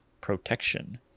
protection